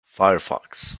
firefox